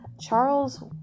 Charles